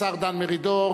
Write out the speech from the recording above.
השר דן מרידור,